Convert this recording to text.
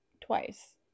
twice